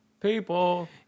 people